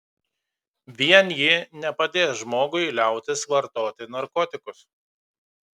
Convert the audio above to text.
vien ji nepadės žmogui liautis vartoti narkotikus